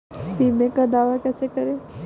बीमे का दावा कैसे करें?